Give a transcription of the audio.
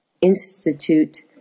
institute